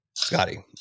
Scotty